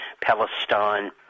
Palestine